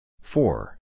Four